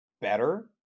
Better